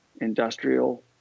industrial